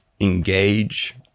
engage